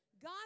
God